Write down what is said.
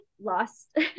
lost